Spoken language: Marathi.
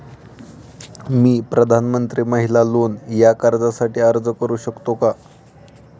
मी प्रधानमंत्री महिला लोन या कर्जासाठी अर्ज करू शकतो का?